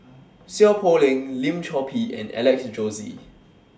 Seow Poh Leng Lim Chor Pee and Alex Josey